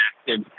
active